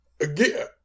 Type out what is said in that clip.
again